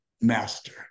master